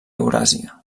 euràsia